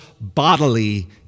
bodily